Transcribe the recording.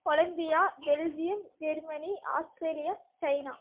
Colombia Belgium Germany Australia China